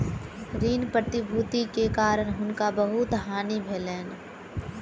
ऋण प्रतिभूति के कारण हुनका बहुत हानि भेलैन